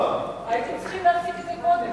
הייתם צריכים להפסיק אותה קודם.